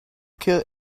kill